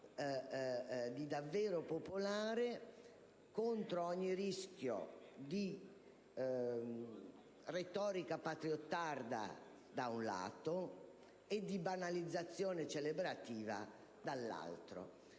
di davvero popolare, contro ogni rischio di retorica patriottarda, da un lato, e di banalizzazione celebrativa, dall'altro.